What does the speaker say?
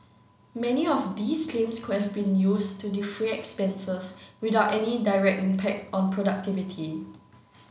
many of these claims could have been used to defray expenses without any direct impact on productivity